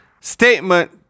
statement